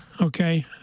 okay